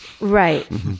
Right